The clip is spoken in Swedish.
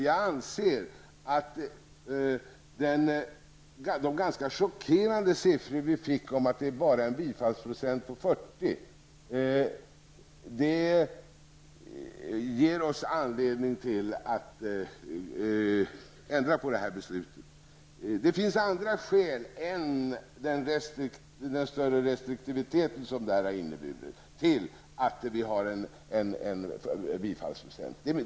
Jag anser att de ganska chockerande siffror vi fått om att bifallsprocenten för ansökningar endast är 40 %, ger oss anledning att ändra på detta beslut. Det finns även andra skäl till denna låga bifallsprocent än denna restriktivitet.